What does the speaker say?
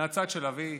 מהצד של אבי,